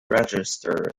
register